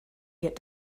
get